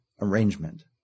arrangement